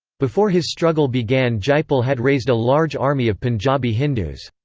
before his struggle began jaipal had raised a large army of punjabi hindus.